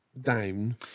down